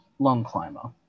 Longclimber